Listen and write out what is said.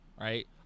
right